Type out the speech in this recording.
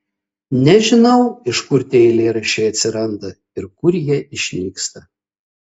nežinau iš kur tie eilėraščiai atsiranda ir kur jie išnyksta